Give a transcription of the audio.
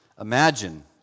imagine